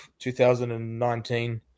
2019